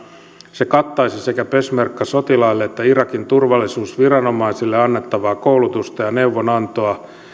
se kattaisi sekä peshmerga sotilaille että irakin turvallisuusviranomaisille annettavaa koulutusta ja neuvonantoa